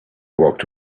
walked